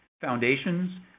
Foundations